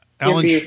Alan